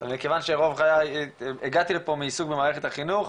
ומכיוון שרוב חיי והגעתי לפה מעיסוק במערכת החינוך,